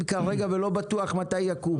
ולכן כשאנחנו מסתכלים עכשיו על מה שיכול